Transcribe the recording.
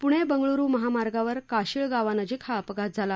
पुणे बंगळुरू महामार्गावर काशीळ गावानजिक हा अपघात झाला